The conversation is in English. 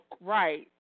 Right